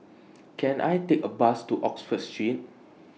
Can I Take A Bus to Oxford Street